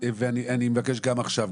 ואני מבקש גם עכשיו,